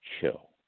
Chill